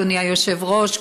אדוני היושב-ראש,